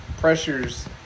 pressures